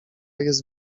jest